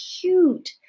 cute